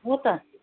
हो त